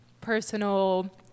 personal